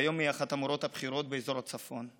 והיום היא אחת המורות הבכירות באזור הצפון.